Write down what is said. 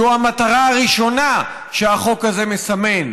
שהוא המטרה הראשונה שהחוק הזה מסמן,